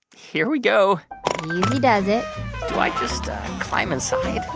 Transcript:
here we go easy does it do i just climb inside?